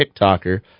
TikToker